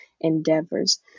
endeavors